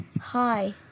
Hi